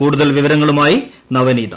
കൂടുതൽ വിവരങ്ങളുമായി നവനീത